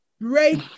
break